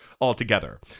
altogether